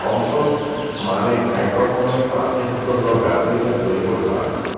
compost মানে এক রকমের চাষের জন্য ব্যবহৃত জৈব সার